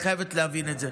את חייבת להבין את זה.